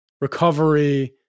Recovery